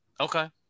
Okay